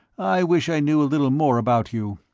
i wish i knew a little more about you.